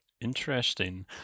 interesting